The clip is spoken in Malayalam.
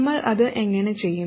നമ്മൾ അത് എങ്ങനെ ചെയ്യും